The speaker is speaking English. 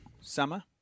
summer